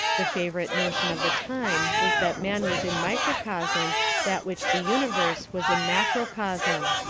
the favorite notion of the time was that man was in microcosm that which the universe was in macrocosm.